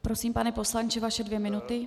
Prosím, pane poslanče, vaše dvě minuty.